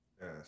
Yes